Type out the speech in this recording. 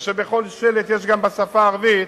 שבכל שלט יש גם בשפה הערבית,